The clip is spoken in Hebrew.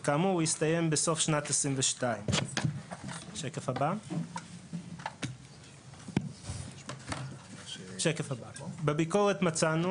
וכאמור, הוא הסתיים בסוף שנת 22. בביקורת מצאנו